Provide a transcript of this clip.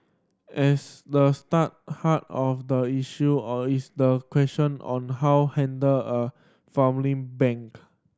as the start heart of the issue or is the question on how handle a family bank